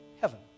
heaven